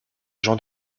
jean